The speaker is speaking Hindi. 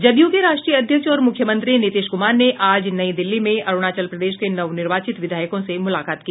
जदयू के राष्ट्रीय अध्यक्ष और मूख्यमंत्री नीतीश कुमार ने आज नई दिल्ली में अरुणाचल प्रदेश के नवनिर्वाचित विधायकों से मुलाकात की